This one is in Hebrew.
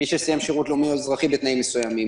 מי שסיים שירות לאומי או אזרחי בתנאים מסוימים,